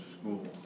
school